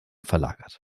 verlagert